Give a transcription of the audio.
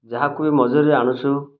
ଯାହାକୁବି ମଜୁରୀରେ ଆଣୁଛୁ